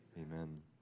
Amen